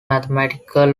mathematical